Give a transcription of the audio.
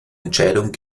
entscheidung